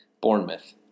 Bournemouth